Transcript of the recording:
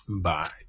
bye